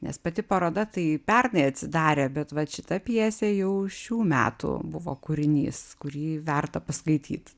nes pati paroda tai pernai atsidarė bet vat šita pjesė jau šių metų buvo kūrinys kurį verta paskaityt